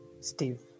Steve